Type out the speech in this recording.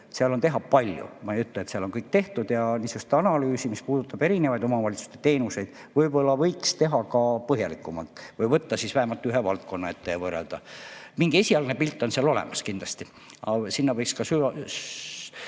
Seal on teha palju. Ma ei ütle, et seal on kõik tehtud. Niisugust analüüsi, mis puudutab erinevaid omavalitsuste teenuseid, võib-olla võiks teha ka põhjalikumalt või võtta siis vähemalt ühe valdkonna ette ja võrrelda. Mingi esialgne pilt on seal olemas, kindlasti. Aga sinna võiks ka